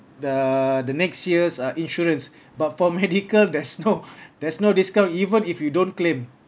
the the next year's uh insurance but for medical there's no there's no discount even if you don't claim